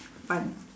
but